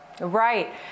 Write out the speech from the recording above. Right